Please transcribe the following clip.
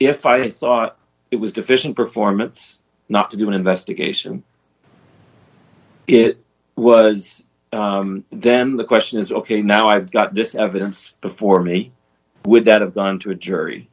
i thought it was deficient performance not to do an investigation it was then the question is ok now i've got this evidence before me would that have gone to a jury